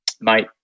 mate